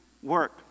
work